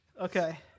Okay